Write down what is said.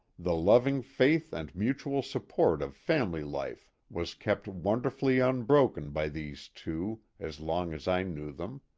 the loving faith and mutual support of family life was kept wonderfully unbroken by these two as long as i knew them.